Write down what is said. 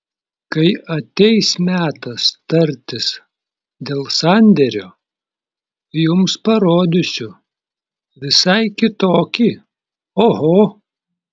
kai ateis metas tartis dėl sandėrio jums parodysiu visai kitokį oho